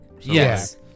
Yes